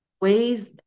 ways